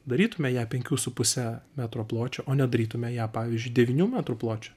darytume ją penkių su puse metro pločio o nedarytume ją pavyzdžiui devynių metrų pločio